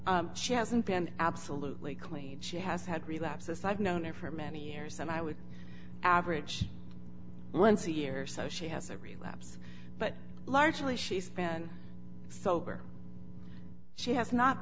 she hasn't been absolutely clean she has had relapses i've known her for many years and i would average once a year so she has a relapse but largely she's been sober she has not